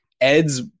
Ed's